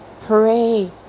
Pray